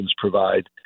provide